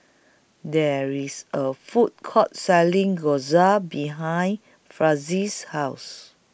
There IS A Food Court Selling Gyros behind Farris' House